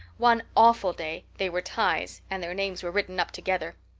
one awful day they were ties and their names were written up together.